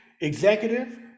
executive